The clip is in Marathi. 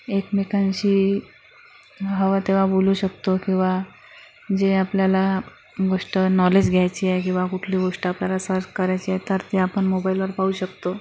एकमेकांशी हवं तेव्हा बोलू शकतो किंवा जे आपल्याला गोष्ट नॉलेज घ्यायची आहे किंवा कुठली गोष्ट आपल्याला सर्च करायची आहे तर ते आपण मोबाईलवर पाहू शकतो